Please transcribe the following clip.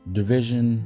Division